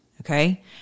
Okay